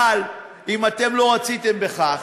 אבל אם אתם לא רציתם בכך,